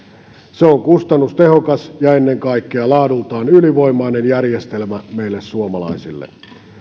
se on kustannustehokas ja ennen kaikkea laadultaan ylivoimainen järjestelmä meille suomalaisille